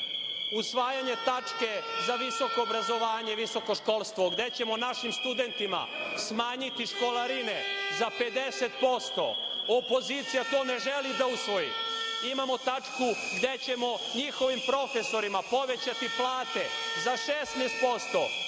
usvajanje tačke za visoko obrazovanje i visoko školstvo, gde ćemo našim studentima smanjiti školarine za 50%. Opozicija to ne želi da usvoji. Imamo tačku gde ćemo njihovim profesorima povećati plate za 16%.